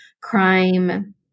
crime